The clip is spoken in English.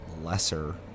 lesser